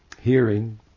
hearing